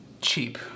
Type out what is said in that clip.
cheap